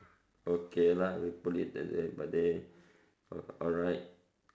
okay lah we put it that way alright